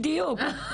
בדיוק.